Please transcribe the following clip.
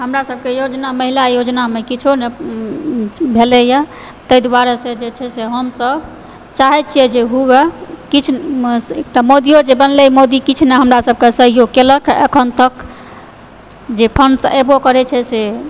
हमरा सभके योजना महिला योजनामे किछो न भेलयए ताहि दुआरे से जे छै से हमसभ चाहैत छियै जे हुअ एकटा मोदिओ जे बनलय मोदी किछु नहि हमरासभकेँ सहयोग केलक अखन तक जे फोनसँ एबो करय छै से